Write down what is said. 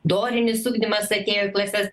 dorinis ugdymas atėjo į klases